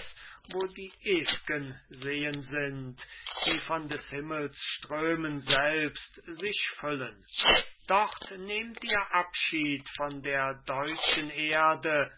wo die ew'gen seen sind die von des himmels strömen selbst sich füllen dort nehmt ihr abschied von der deutschen erde